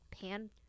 pan